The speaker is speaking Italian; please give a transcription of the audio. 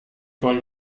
con